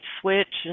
switch